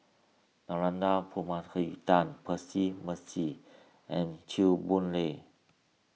Narana Percy Mercy and Chew Boon Lay